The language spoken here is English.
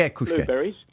blueberries